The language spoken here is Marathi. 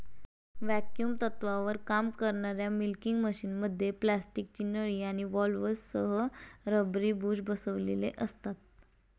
व्हॅक्युम तत्त्वावर काम करणाऱ्या मिल्किंग मशिनमध्ये प्लास्टिकची नळी आणि व्हॉल्व्हसह रबरी बुश बसविलेले असते